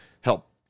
help